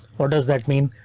what does that mean?